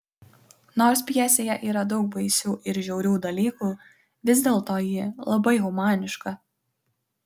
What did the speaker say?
nors pjesėje yra daug baisių ir žiaurių dalykų vis dėlto ji labai humaniška